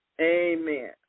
Amen